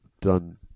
done